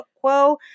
quo